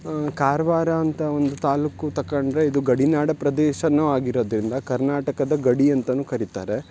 ಕಾರ್ವಾರ ಅಂತ ಒಂದು ತಾಲೂಕು ತಕಂಡರೆ ಇದು ಗಡಿನಾಡ ಪ್ರದೇಶನು ಆಗಿರೋದರಿಂದ ಕರ್ನಾಟಕದ ಗಡಿ ಅಂತಲೂ ಕರಿತಾರೆ